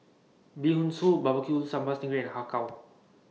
Bee Hoon Soup Barbecue Sambal Sting Ray and Har Kow